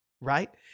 right